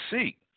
seek